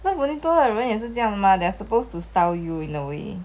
love bonito 的人也是这样 mah they are supposed to style you in a way